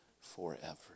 forever